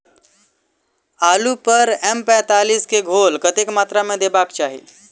आलु पर एम पैंतालीस केँ घोल कतेक मात्रा मे देबाक चाहि?